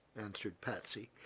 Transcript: answered patsy.